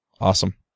awesome